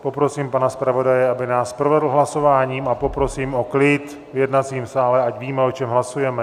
Poprosím pana zpravodaje, aby nás provedl hlasováním, a poprosím o klid v jednacím sále, ať víme, o čem hlasujeme.